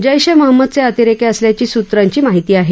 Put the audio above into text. जैश ए महंमदचे अतिरेकी असल्याची सूत्रांची माहिती आहे